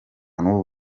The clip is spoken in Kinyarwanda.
n’ubu